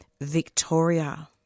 Victoria